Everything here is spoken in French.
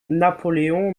napoleon